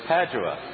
Padua